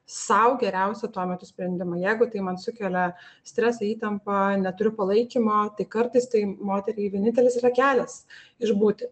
sau geriausią tuo metu sprendimą jeigu tai man sukelia stresą įtampą neturiu palaikymo tai kartais tai moteriai vienintelis yra kelias išbūti